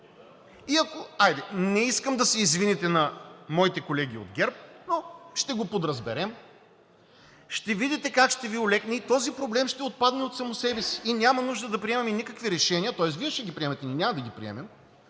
незаконни, не искам да се извините на моите колеги от ГЕРБ, но ще го подразберем, и ще видите как ще Ви олекне, и този проблем ще отпадне от само себе си и няма нужда да приемаме никакви решения. Тоест Вие ще ги приемете, ние няма да ги приемем.